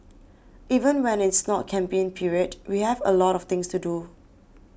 even when it's not campaign period we have a lot of things to do